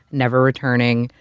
never returning,